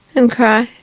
and cry.